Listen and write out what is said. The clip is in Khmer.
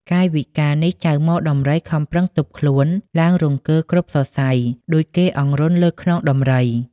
កាយវិការនេះចៅហ្មដំរី ខំប្រឹងទប់ខ្លួនឡើងរង្គើគ្រប់សរសៃដូចគេអង្រន់លើខ្នង ដំរី។